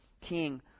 king